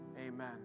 Amen